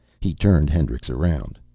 he turned hendricks around.